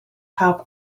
pawb